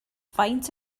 faint